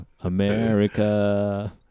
America